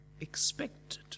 expected